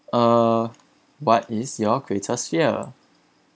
uh what is your greatest fear